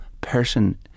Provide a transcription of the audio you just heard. person